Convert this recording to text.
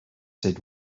said